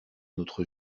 l’autre